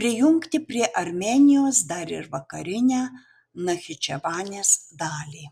prijungti prie armėnijos dar ir vakarinę nachičevanės dalį